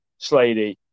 Sladey